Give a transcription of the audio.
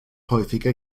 häufiger